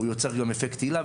והוא יוצר גם אפקט הילה.